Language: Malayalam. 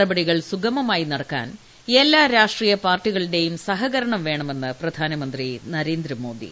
നടപടികൾ സുഗമമായി നടക്കാൻ എല്ലാ രാഷ്ട്രീയ പാർട്ടികളുടെയും സഹകരണം വേണമെന്ന് പ്രധാനമന്ത്രി നരേന്ദ്രമോദി